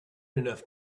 enough